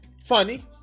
Funny